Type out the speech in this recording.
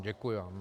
Děkuji vám.